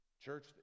Church